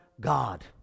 God